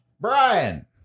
Brian